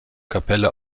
kapelle